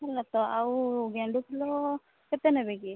ହେଲା ତ ଆଉ ଗେଣ୍ଡୁ ଫୁଲ କେତେ ନେବେ କି